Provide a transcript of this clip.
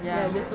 ya